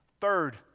Third